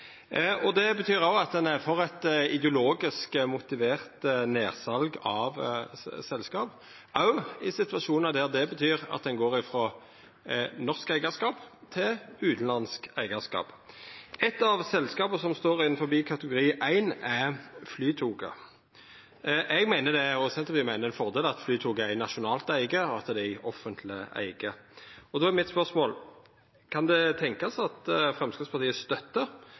spørsmåla. Det betyr òg at ein er for eit ideologisk motivert nedsal av selskap, òg i situasjonar der det betyr at ein går frå norsk eigarskap til utanlandsk eigarskap. Eit av selskapa som er i kategori 1, er Flytoget. Eg og Senterpartiet meiner det er ein fordel at Flytoget er i nasjonal eige, og at det er i offentleg eige. Då er spørsmålet mitt: Kan det tenkjast at Framstegspartiet støttar